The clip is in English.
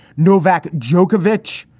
novak djokovic,